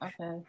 okay